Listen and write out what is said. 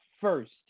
first